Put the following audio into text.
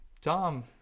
Tom